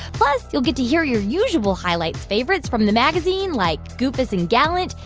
plus, you'll get to hear your usual highlights favorites from the magazine like goofus and gallant,